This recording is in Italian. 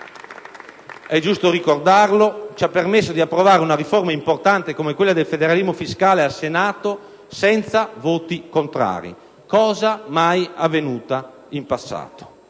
è giusto ricordarlo - ci ha permesso di approvare una riforma importante come quella federalismo fiscale al Senato senza voti contrari, cosa mai avvenuta in passato.